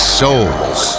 souls